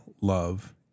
love